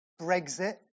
Brexit